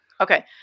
Okay